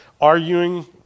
arguing